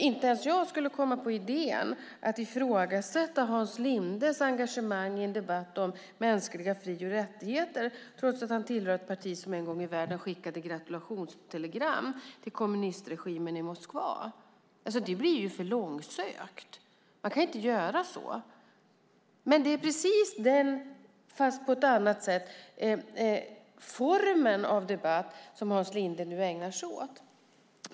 Inte ens jag skulle komma på idén att ifrågasätta Hans Lindes engagemang i en debatt om mänskliga fri och rättigheter även om han hör till ett parti som en gång i världen skickade gratulationstelegram till kommunistregimen i Moskva. Det blir för långsökt; man kan inte göra så. Det är dock denna form av debatt, fast på ett annat sätt, som Hans Linde ägnar sig åt.